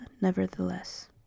nevertheless